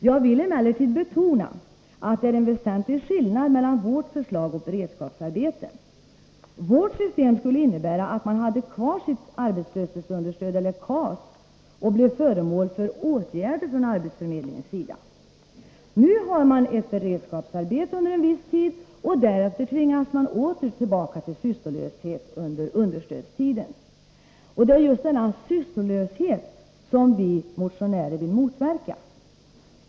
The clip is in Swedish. Jag vill emellertid betona att det är en väsentlig skillnad mellan vårt förslag och beredskapsarbetén. Vårt system skulle innebära att man hade kvar sitt arbetslöshetsunderstöd eller sitt kontanta arbetsmarknadsstöd och blev föremål för åtgärder från arbetsförmedlingens sida. Nu har man ett beredskapsarbete under en viss tid och tvingas därefter åter till sysslolöshet under understödstiden. Det är just denna sysslolöshet som vi vill motverka.